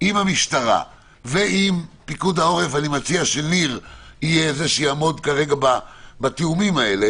עם המשטרה ועם פיקוד העורף אני מציע שניר יעמוד בתיאומים הללו